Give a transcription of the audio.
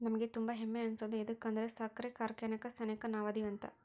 ನಮಿಗೆ ತುಂಬಾ ಹೆಮ್ಮೆ ಅನ್ಸೋದು ಯದುಕಂದ್ರ ಸಕ್ರೆ ಕಾರ್ಖಾನೆ ಸೆನೆಕ ನಾವದಿವಿ ಅಂತ